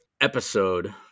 episode